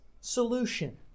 solution